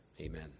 Amen